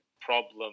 problem